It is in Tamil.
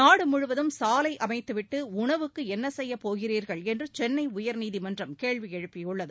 நாடு முழுவதும் சாலை அமைத்துவிட்டு உணவுக்கு என்ன செய்யப் போகிறீர்கள் என்று சென்னை உயர்நீதிமன்றம் கேள்வி எழுப்பியுள்ளது